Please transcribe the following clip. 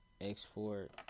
export